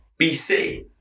BC